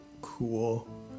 cool